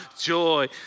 joy